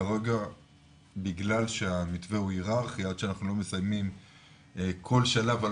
כרגע בגלל שהמתווה הוא היררכי עד שאנחנו לא מסיימים כל שלב על